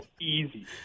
easy